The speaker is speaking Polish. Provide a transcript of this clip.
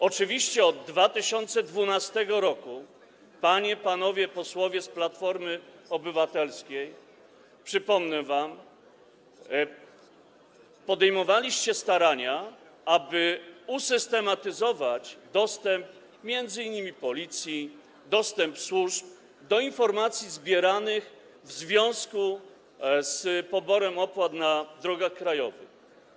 Oczywiście od 2012 r., panie, panowie posłowie z Platformy Obywatelskiej, przypomnę wam, podejmowaliście starania, aby usystematyzować dostęp m.in. policji, dostęp służb do informacji zbieranych w związku z poborem opłat na drogach krajowych.